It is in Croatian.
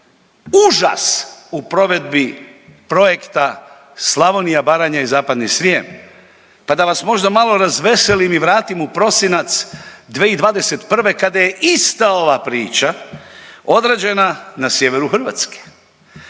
užas u provedbi projekta Slavonija, Baranja i Zapadni Srijem pa da vas možda malo razveselim i vratim u prosinac 2021. kada je ista ova priča odrađena na sjeveru Hrvatske.